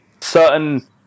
certain